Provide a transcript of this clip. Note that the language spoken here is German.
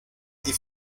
die